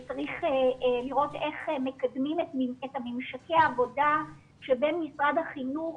צריך לראות איך מקדמים את ממשקי העבודה שבין משרד החינוך